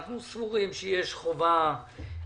אנחנו סבורים שיש חובה מוסרית,